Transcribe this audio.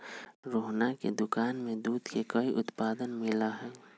रोहना के दुकान में दूध के कई उत्पाद मिला हई